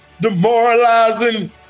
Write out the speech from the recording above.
demoralizing